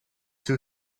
two